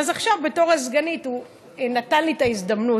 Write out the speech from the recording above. אז עכשיו בתור הסגנית הוא נתן לי את ההזדמנות,